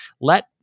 Let